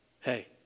hey